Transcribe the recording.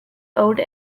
old